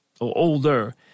older